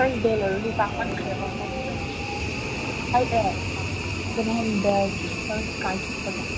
ꯕꯦꯜ ꯑꯣꯏꯔꯁꯨ ꯇꯥꯡꯃꯟꯈ꯭ꯔꯦꯕ ꯃꯣꯏꯒꯤꯗꯣ ꯑꯦ ꯁꯦꯀꯦꯟ ꯍꯦꯟ ꯕꯦꯜꯒꯤ ꯐꯥꯔ꯭ꯁ ꯀꯥꯏꯊꯣꯛꯄꯗꯣ